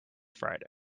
friday